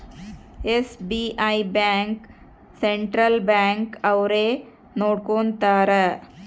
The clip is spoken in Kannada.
ಎಸ್.ಬಿ.ಐ ಬ್ಯಾಂಕ್ ಸೆಂಟ್ರಲ್ ಬ್ಯಾಂಕ್ ಅವ್ರು ನೊಡ್ಕೋತರ